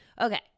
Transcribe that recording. Okay